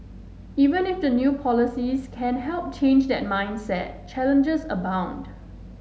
even if the new policies can help change that mindset challenges abound